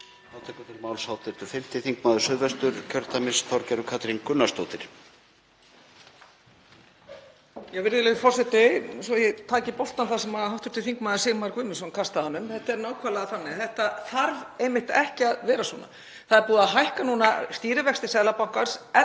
Það er búið að hækka stýrivexti Seðlabankans